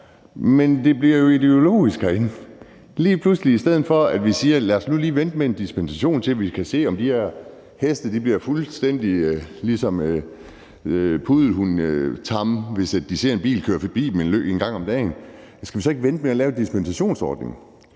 Men det bliver jo lige pludselig ideologisk herinde, i stedet for at vi siger: Lad os nu lige vente med en dispensation, til vi kan se, om de her heste bliver fuldstændig puddelhundetamme, hvis de ser en bil køre forbi en gang om dagen. Ja, skal vi så ikke vente med at lave en dispensationsordning?